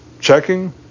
checking